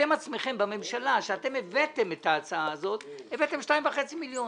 לא בעתירה מנהלית,